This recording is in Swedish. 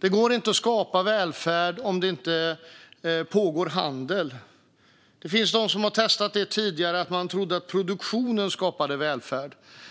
Det går inte att skapa välfärd om det inte pågår handel. Det finns de som trott att produktionen skapar välfärd och har testat det tidigare.